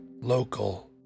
local